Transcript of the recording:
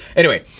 anyway,